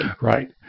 Right